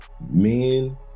men